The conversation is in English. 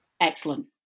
Excellent